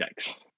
Yikes